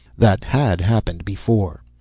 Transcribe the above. that had happened before.